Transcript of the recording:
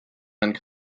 and